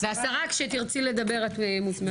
והשרה כשתרצי לדבר את מוזמנת.